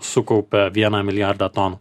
sukaupia vieną milijardą tonų